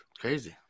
Crazy